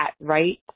right